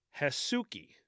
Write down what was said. Hesuki